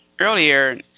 earlier